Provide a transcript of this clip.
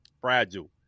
fragile